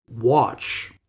Watch